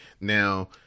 Now